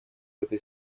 этой